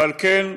ועל כן,